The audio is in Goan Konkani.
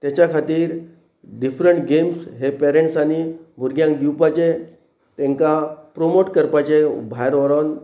तेच्या खातीर डिफरंट गेम्स हे पेरंट्सांनी भुरग्यांक दिवपाचे तांकां प्रोमोट करपाचे भायर व्हरोन